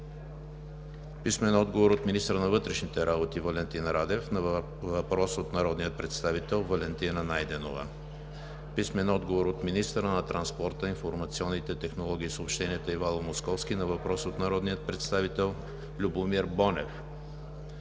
Найденова; - министъра на вътрешните работи Валентин Радев на въпрос от народния представител Валентина Найденова; - министъра на транспорта, информационните технологии и съобщенията Ивайло Московски на въпрос от народния представител Любомир Бонев;